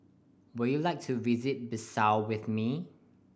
would you like to visit Bissau with me